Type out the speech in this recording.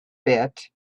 bit